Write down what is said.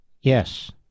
Yes